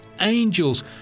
angels